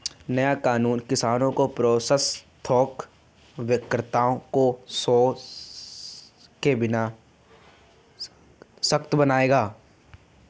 नया कानून किसानों को प्रोसेसर थोक विक्रेताओं को शोषण के बिना सशक्त बनाएगा